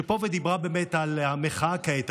שדיברה על המחאה כעת.